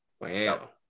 Wow